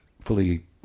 fully